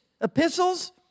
epistles